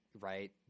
right